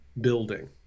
building